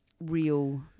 real